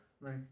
Right